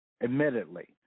admittedly